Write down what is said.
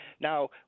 Now